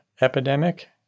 epidemic